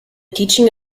teaching